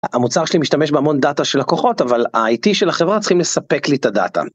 המוצר שלי משתמש בהמון דאטה של לקוחות אבל ה-IT של החברה צריכים לספק לי את הדאטה.